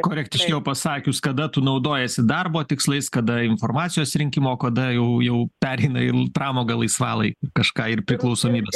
korektiškiau pasakius kada tu naudojiesi darbo tikslais kada informacijos rinkimo o kada jau jau pereina į pramogą laisvalai kažką ir priklausomybes